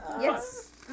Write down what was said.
Yes